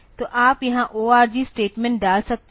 तो आप यहां ORG स्टेटमेंट डाल सकते हैं